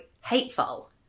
Hateful